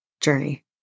journey